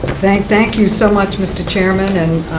thank you so much, mr. chairman. and